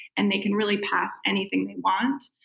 and they can really pass anything they want.